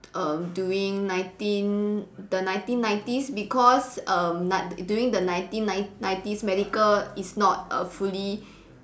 err during nineteen the nineteen nineties because um na~ during the nineteen nineties medical is not a fully